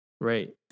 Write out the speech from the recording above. Right